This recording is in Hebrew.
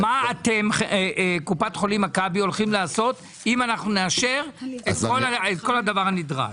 מה אתם קופת חולים מכבי הולכים לעשות אם נאשר את כל הדבר הנדרש?